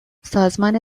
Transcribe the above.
سازمان